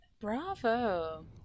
Bravo